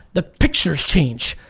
the pictures change.